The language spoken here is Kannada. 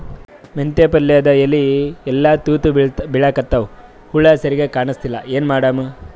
ಮೆಂತೆ ಪಲ್ಯಾದ ಎಲಿ ಎಲ್ಲಾ ತೂತ ಬಿಳಿಕತ್ತಾವ, ಹುಳ ಸರಿಗ ಕಾಣಸ್ತಿಲ್ಲ, ಏನ ಮಾಡಮು?